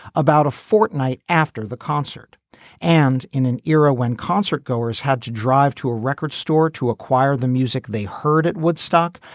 about a fortnight after the concert and in an era when concert goers had to drive to a record store to acquire the music they heard at woodstock.